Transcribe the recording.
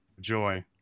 joy